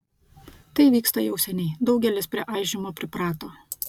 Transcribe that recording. tai vyksta jau seniai daugelis prie aižymo priprato